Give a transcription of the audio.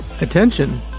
Attention